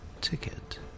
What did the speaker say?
ticket